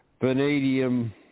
Vanadium